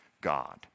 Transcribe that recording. God